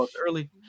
early